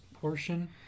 portion